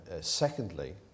secondly